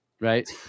Right